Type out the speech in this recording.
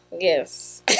Yes